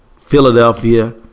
Philadelphia